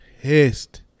pissed